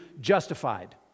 justified